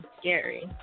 Scary